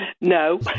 No